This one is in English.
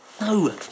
No